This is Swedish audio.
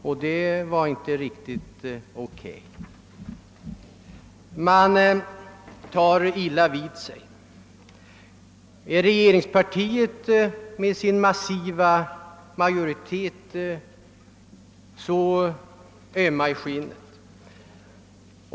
Men det var tydligen inte heller riktigt bra. Man tog illa vid sig. Trots regeringspartiets massiva majoritet är medlemmarna där tydligen mycket ömma i skinnet.